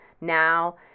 now